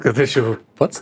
kad aš jau pats